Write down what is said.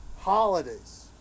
Holidays